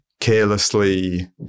carelessly